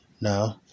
No